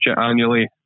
annually